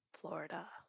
Florida